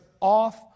off